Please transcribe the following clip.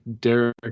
Derek